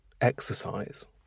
exercise